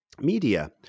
media